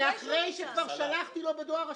זה אחרי שכבר שלחתי לו בדואר רשום.